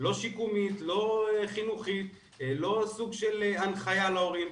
לא שיקומית, לא חינוכית, לא סוג של הנחייה להורים.